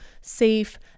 safe